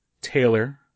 Taylor